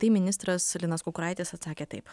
tai ministras linas kukuraitis atsakė taip